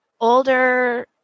older